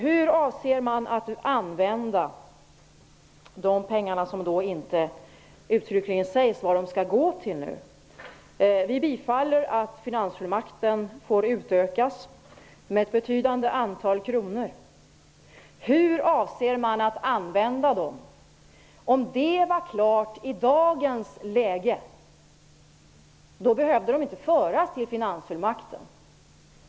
Hur avser man nu att använda de pengar som man inte uttryckligen säger vad de skall gå till? Vi bifaller att finansfullmakten får utökas med ett betydande antal kronor. Hur avser man att använda dessa medel? Om det var klart i dagens läge, behövde de inte föras till finansfullmakten.